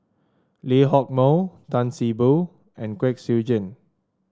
Lee Hock Moh Tan See Boo and Kwek Siew Jin